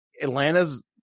Atlanta's